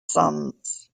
suns